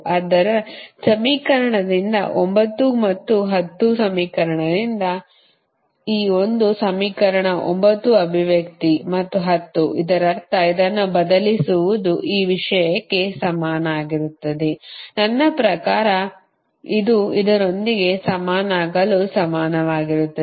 ಆದ್ದರಿಂದ ಸಮೀಕರಣದಿಂದ 9 ಮತ್ತು 10 ಸಮೀಕರಣದಿಂದ ಇದು ಮತ್ತು ಈ ಒಂದು ಸಮೀಕರಣ 9 ಅಭಿವ್ಯಕ್ತಿ ಮತ್ತು 10 ಇದರರ್ಥ ಇದನ್ನು ಬದಲಿಸುವುದು ಈ ವಿಷಯಕ್ಕೆ ಸಮನಾಗಿರುತ್ತದೆ ನನ್ನ ಪ್ರಕಾರ ಇದು ಇದರೊಂದಿಗೆ ಸಮನಾಗಲು ಸಮಾನವಾಗಿರುತ್ತದೆ